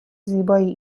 زیبایی